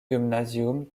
gymnasium